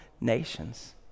nations